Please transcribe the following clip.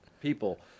people